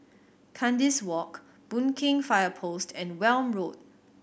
Kandis Walk Boon Keng Fire Post and Welm Road